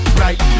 right